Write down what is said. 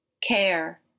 Care